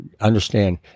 understand